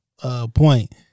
point